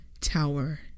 tower